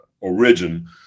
origin